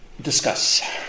Discuss